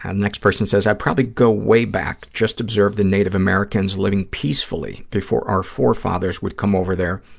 and next person says, i'd probably go way back, just observe the native americans living peacefully before our forefathers would come over there,